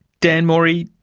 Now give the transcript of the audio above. dan mori,